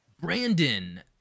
Brandon